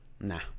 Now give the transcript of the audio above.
nah